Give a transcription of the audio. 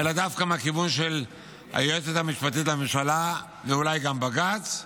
אלא דווקא מהכיוון של היועצת המשפטית לממשלה ואולי גם בג"ץ,